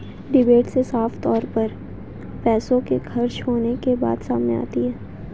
debit से साफ तौर पर पैसों के खर्च होने के बात सामने आती है